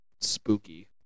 spooky